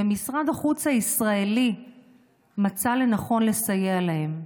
ומשרד החוץ הישראלי מצא לנכון לסייע להם.